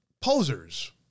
posers